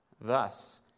Thus